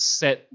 set